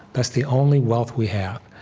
that's the only wealth we have.